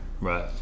right